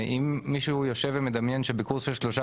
אם מישהו יושב ומדמיין שבקורס של שלושה